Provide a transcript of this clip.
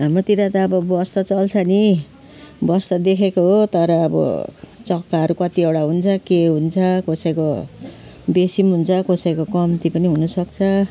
हाम्रोतिर त अब बस त चल्छ नि बस त देखेको हो तर अब चक्काहरू कतिवटा हुन्छ के हुन्छ कसैको बेसी पनि हुन्छ कसैको कम्ती पनि हुनसक्छ